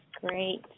Great